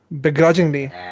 Begrudgingly